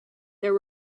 there